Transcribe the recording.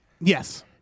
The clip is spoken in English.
Yes